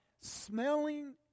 smelling